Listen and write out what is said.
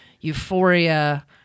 euphoria